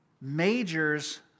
majors